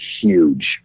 huge